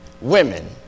women